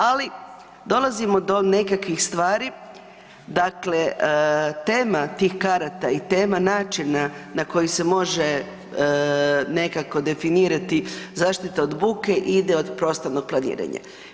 Ali, dolazimo do nekakvih stvari, dakle, tema tih karata i tema načina na koji se može nekako definirati zaštita od buke ide od prostornog planiranja.